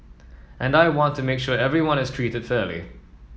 and I want to make sure everyone is treated fairly